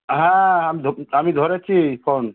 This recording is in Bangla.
হ্যাঁ আমি ধো আমি ধরেছি ফোন